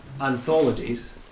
anthologies